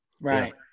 Right